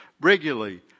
regularly